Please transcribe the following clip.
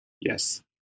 Yes